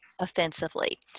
offensively